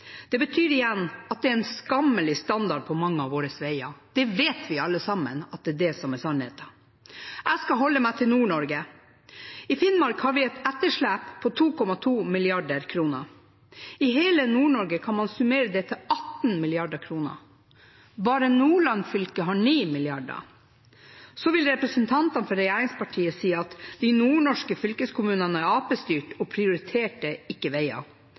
Det betyr igjen at det er en skammelig standard på mange av våre veier. Vi vet alle at det er sannheten. Jeg skal holde meg til Nord-Norge. I Finnmark har vi et etterslep på 2,2 mrd. kr. I hele Nord-Norge kan man summere det til 18 mrd. kr, bare Nordland fylke har 9 mrd. kr. Så vil representantene for regjeringspartiene si at de nordnorske fylkeskommunene er Arbeiderparti-styrte og prioriterer ikke veier.